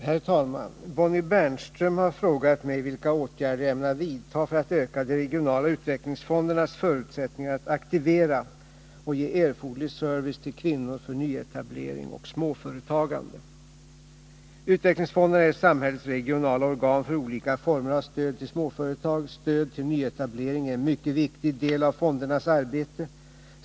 Herr talman! Bonnie Bernström har frågat mig vilka åtgärder jag ämnar vidta för att öka de regionala utvecklingsfondernas förutsättningar att aktivera och ge erforderlig service till kvinnor för nyetablering och småföretagande. Utvecklingsfonderna är samhällets regionala organ för olika former av stöd till småföretag. Stöd till nyetablering är en mycket viktig del av fondernas arbete.